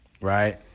right